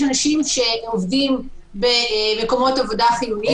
יש אנשים שעובדים במקומות עבודה חיוניים.